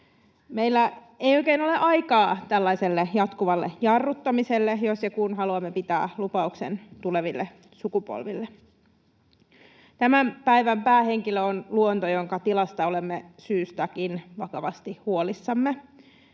Meillä ei oikein ole aikaa tällaiselle jatkuvalle jarruttamiselle, jos ja kun haluamme pitää lupauksen tuleville sukupolville. Tämän päivän päähenkilö on luonto, jonka tilasta olemme syystäkin vakavasti huolissamme.